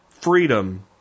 Freedom